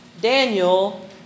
Daniel